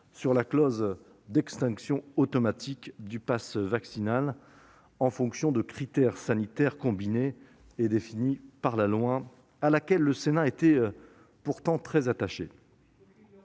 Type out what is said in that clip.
sur la clause d'extinction automatique du passe vaccinal en fonction de critères sanitaires combinés et définis par la loi, clause à laquelle le Sénat était pourtant très attaché.